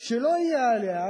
שלא יהיה עליו,